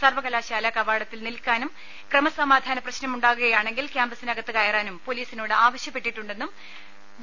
സർവകലാശാല കവാടത്തിൽ നിൽക്കാനും ക്രമസമാധാന പ്രശ്നമുണ്ടാകുകയാണെങ്കിൽ ക്യാമ്പസിനകത്ത് കയറാനും പൊലീസിനോട് ആവശ്യപ്പെട്ടിട്ടുണ്ടെന്നും വി